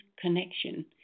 connection